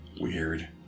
Weird